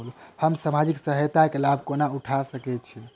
हम सामाजिक सहायता केँ लाभ कोना उठा सकै छी?